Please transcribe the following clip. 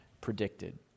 predicted